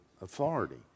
authority